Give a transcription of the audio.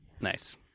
Nice